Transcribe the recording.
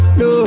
no